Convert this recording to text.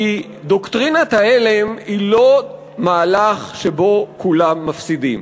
כי דוקטרינת ההלם היא לא מהלך שבו כולם מפסידים.